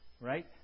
right